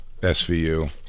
SVU